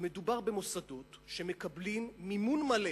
מדובר במוסדות שמקבלים מימון מלא